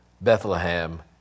Bethlehem